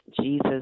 Jesus